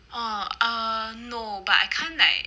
!wah! um no but I can't like